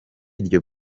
iryo